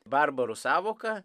barbarų sąvoka